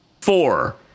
four